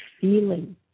feeling